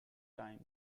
time